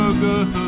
good